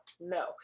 No